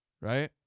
right